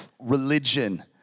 religion